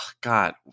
God